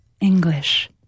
English